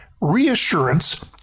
reassurance